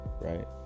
Right